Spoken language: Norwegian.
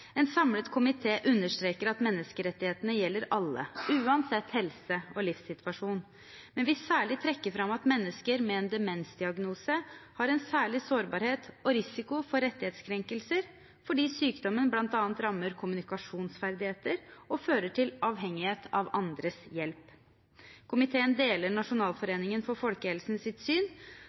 En samlet komité understreker at menneskerettighetene gjelder alle, uansett helse og livssituasjon, men vil særlig trekke fram at mennesker med en demensdiagnose har en særlig sårbarhet og risiko for rettighetskrenkelser, fordi sykdommen bl.a. rammer kommunikasjonsferdigheter og fører til avhengighet av andres hjelp. Komiteen deler Nasjonalforeningen for folkehelsen sitt syn